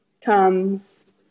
comes